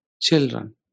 children